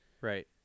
right